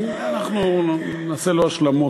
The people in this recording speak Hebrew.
אנחנו נעשה לו השלמות.